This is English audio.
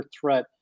threat